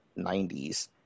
90s